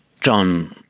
John